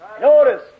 Notice